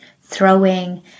throwing